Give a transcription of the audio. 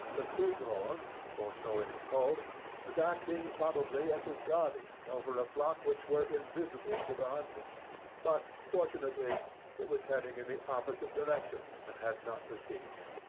the big-horn for so it is called was acting, probably, as a guardian over a flock which were invisible to the hunter but fortunately it was heading in the opposite direction, and had not perceived him.